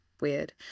weird